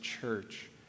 church